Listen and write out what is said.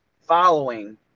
following